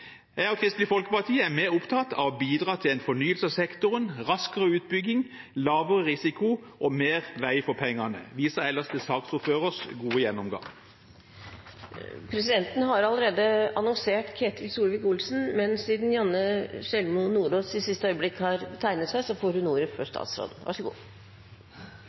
Kristelig Folkeparti og jeg er mer opptatt av å bidra til en fornyelse av sektoren, raskere utbygging, lavere risiko og mer vei for pengene. Jeg viser ellers til saksordførerens gode gjennomgang. Janne Sjelmo Nordås har tegnet seg i siste øyeblikk og får ordet før statsråd Ketil Solvik-Olsen. Det er riktig. Jeg ba om ordet